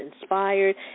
inspired